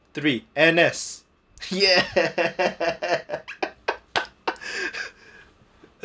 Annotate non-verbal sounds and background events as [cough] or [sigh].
three N_S yes [laughs]